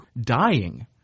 dying